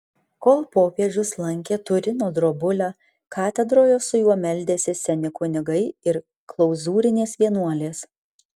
kol popiežius lankė turino drobulę katedroje su juo meldėsi seni kunigai ir klauzūrinės vienuolės